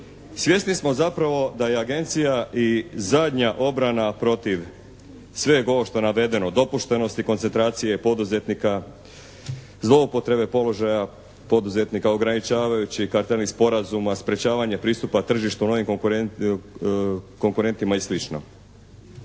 Svjesni smo zapravo da je Agencija i zadnja obrana protiv sveg ovog što je navedeno, dopuštenosti, koncentracije, poduzetnika, zloupotrebe položaja poduzetnika, ograničavajući … /Govornik se ne razumije./ … sporazuma, sprečavanje pristupa tržištu konkurentima i